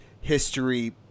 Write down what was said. history